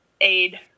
aid